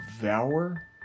devour